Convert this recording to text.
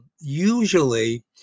usually